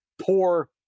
poor